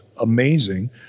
amazing